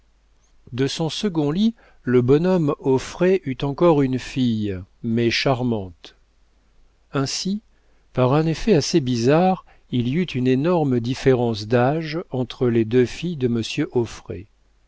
de son second lit le bonhomme auffray eut encore une fille mais charmante ainsi par un effet assez bizarre il y eut une énorme différence d'âge entre les deux filles de monsieur